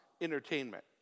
entertainment